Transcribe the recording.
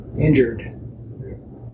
injured